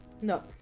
no